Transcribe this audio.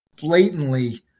blatantly